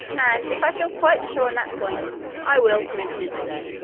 and if i feel quite sure on that point i will permit an interview.